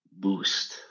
boost